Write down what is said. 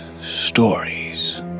stories